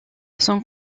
sans